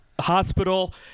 hospital